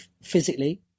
physically